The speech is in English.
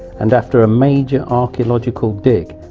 and after a major archeological dig,